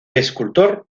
escultor